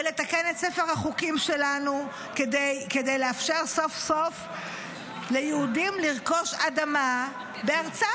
לתקן את ספר החוקים שלנו כדי לאפשר סוף-סוף ליהודים לרכוש אדמה בארצם.